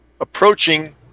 approaching